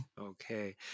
Okay